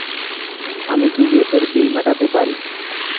আমি কি গ্যাসের বিল মেটাতে পারি?